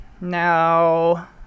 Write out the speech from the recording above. Now